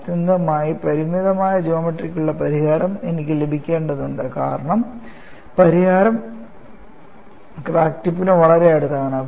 ആത്യന്തികമായി പരിമിതമായ ജ്യോമട്രിക്കുള്ള പരിഹാരം എനിക്ക് ലഭിക്കേണ്ടതുണ്ട് കാരണം പരിഹാരം ക്രാക്ക് ടിപ്പിന് വളരെ അടുത്താണ്